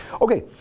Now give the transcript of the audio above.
Okay